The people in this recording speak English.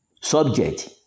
subject